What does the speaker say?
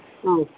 ಹಾಂ